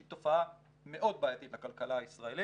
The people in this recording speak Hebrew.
שזו תופעה מאוד בעייתית לכלכלה הישראלית,